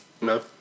No